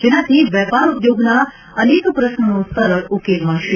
જેનાથી વેપાર ઉદ્યોગના અનેક પ્રશ્નોનો સરળ ઉકેલ મળશે